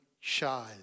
child